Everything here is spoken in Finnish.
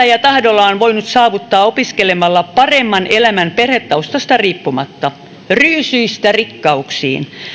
ja tahdolla on voinut saavuttaa opiskelemalla paremman elämän perhetaustasta riippumatta ryysyistä rikkauksiin